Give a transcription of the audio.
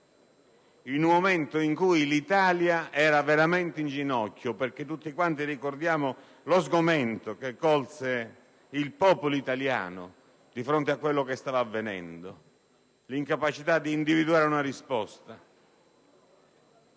in un momento in cui l'Italia era veramente in ginocchio (tutti ricordiamo lo sgomento che colse il popolo italiano di fronte a ciò che stava avvenendo ed all'incapacità di individuare una risposta):